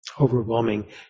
overwhelming